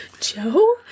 Joe